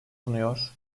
sunuyor